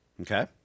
Okay